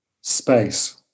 space